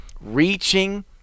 reaching